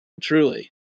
Truly